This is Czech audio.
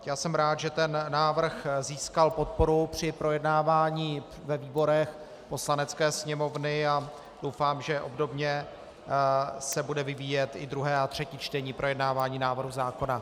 Já jsem rád, že návrh získal podporu při projednávání ve výborech Poslanecké sněmovny, a doufám, že obdobně se bude vyvíjet i druhé a třetí čtení projednávání návrhu zákona.